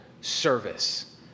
service